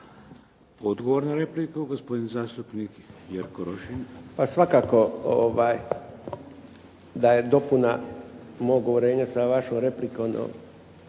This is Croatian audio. Odgovor na repliku gospodin zastupnik Jerko Rošin. **Rošin, Jerko (HDZ)** Pa svakako da je dopuna mog uvjerenja sa vašom replikom